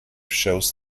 shows